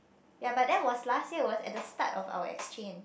ya but that was last year it was at the start of our exchange